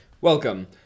Welcome